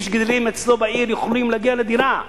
שגדלים אצלו בעיר יכולים להגיע לדירה.